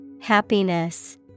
Happiness